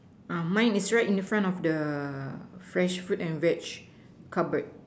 ah mine is right in front of the fresh fruit and veg cupboard